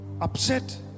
upset